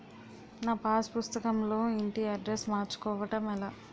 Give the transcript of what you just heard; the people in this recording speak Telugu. నా పాస్ పుస్తకం లో ఇంటి అడ్రెస్స్ మార్చుకోవటం ఎలా?